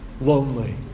lonely